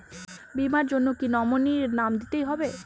বীমার জন্য কি নমিনীর নাম দিতেই হবে?